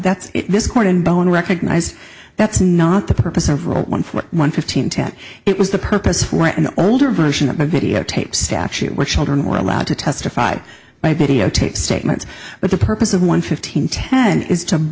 that's this court and don't recognize that's not the purpose of row one for one fifteen ten it was the purpose for an older version of a videotape statute which children were allowed to testify by videotape statements but the purpose of one fifteen ten is to